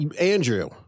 Andrew